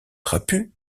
trapu